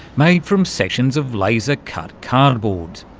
made from sections of laser-cut cardboard.